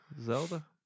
Zelda